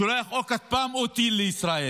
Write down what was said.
שולח או כטב"ם או טיל לישראל.